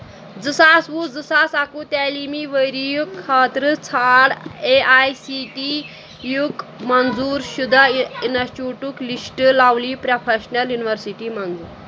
زٕ ساس وُہ زٕ ساس اَکہٕ وُہ تعلیٖمی ؤرۍ یہِ خٲطرٕ ژھار اے آیۍ سی ٹی یُک منظور شُدٕ انسٹِٹیوٗٹُک لِسٹہٕ لَولی پرٛوفیٚشنَل یونیورسِٹی مَنٛزٕ